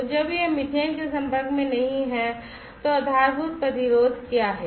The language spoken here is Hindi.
तो जब यह मीथेन के संपर्क में नहीं है तो आधारभूत प्रतिरोध क्या है